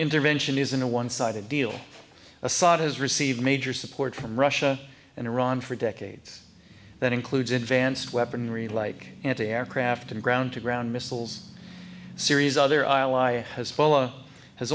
intervention isn't a one sided deal assad has received major support from russia and iran for decades that includes advanced weaponry like anti aircraft and ground to ground missiles series other i lie has follow has